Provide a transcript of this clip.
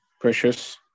precious